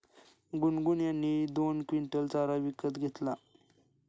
गुनगुन यांनी काल दोन क्विंटल चारा विकत घेतला